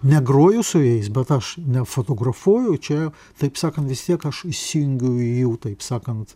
negroju su jais bet aš nefotografuoju čia taip sakant vis tiek aš įsijungiu į jų taip sakant